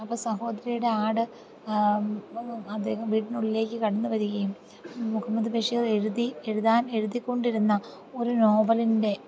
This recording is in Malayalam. അപ്പം സഹോദരിയുടെ ആട് അദ്ദേഹം വീടിനുള്ളിലേയ്ക്ക് കടന്നു വരുകയും മുഹമ്മദ് ബഷീർ എഴുതി എഴുതാൻ എഴുതിക്കൊണ്ടിരുന്ന ഒരു നോവലിൻ്റെ